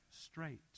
straight